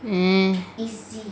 mm